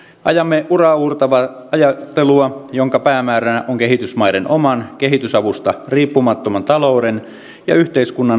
ajamme uraauurtavaa ajattelua jonka päämääränä on kehitysmaiden oman kehitysavusta riippumattoman talouden ja yhteiskunnan vahvistaminen